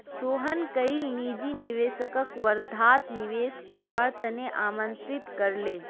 सोहन कईल निजी निवेशकक वर्धात निवेश करवार त न आमंत्रित कर ले